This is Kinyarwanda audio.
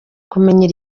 kumenya